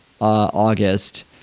August